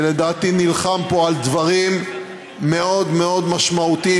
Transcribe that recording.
שלדעתי נלחם פה על דברים מאוד משמעותיים,